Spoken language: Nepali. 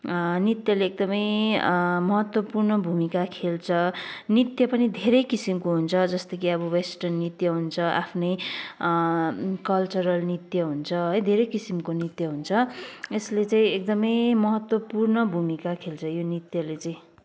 नृत्यले एकदमै महत्त्वपूर्ण भूमिका खेल्छ नृत्य पनि धेरै किसिमको हुन्छ जस्तै कि अब वेस्टर्न नृत्य आफ्नै कल्चरल नृत्य हुन्छ है धेरै किसिमको नृत्य हुन्छ यसले चाहिँ एकदमै महत्त्वपूर्ण खेल्छ यो नृत्यले चाहिँ